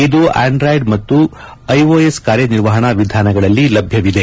ಇದು ಆಂಡ್ರಾಯ್ಡ್ ಮತ್ತು ಐಒಎಸ್ ಕಾರ್ಯನಿರ್ವಹಣಾ ವಿಧಾನಗಳಲ್ಲಿ ಲಭ್ಯವಿದೆ